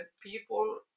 people